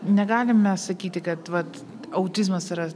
negalim mes sakyti kad autizmas yra